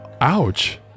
Ouch